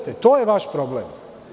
To je vaš problem.